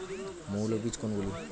মৌল বীজ কোনগুলি?